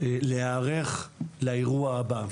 שצריך להיערך לאירוע הבא.